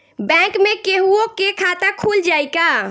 Bank में केहूओ के खाता खुल जाई का?